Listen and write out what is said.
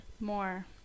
More